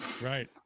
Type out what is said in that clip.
right